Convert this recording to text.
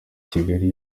kigali